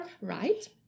Right